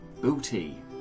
Booty